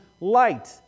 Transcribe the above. light